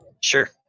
Sure